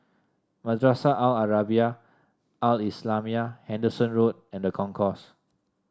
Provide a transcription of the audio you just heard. Madrasah Al Arabiah Al Islamiah Henderson Road and Concourse